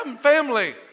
family